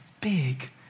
big